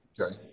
Okay